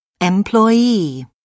Employee